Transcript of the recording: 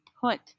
put